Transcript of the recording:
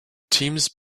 teams